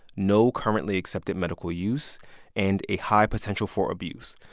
no currently accepted medical use and a high potential for abuse.